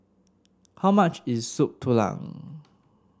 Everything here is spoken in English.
how much is Soup Tulang